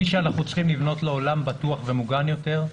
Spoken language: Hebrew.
מי שאנחנו צריכים לבנות לו עולם בטוח ומוגן יותר,